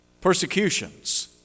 persecutions